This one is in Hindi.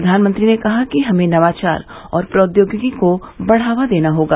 प्रधानमंत्री ने कहा कि हमें नवाचार और प्रौद्योगिकी को बढ़ावा देना होगा